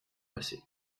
passer